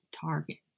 target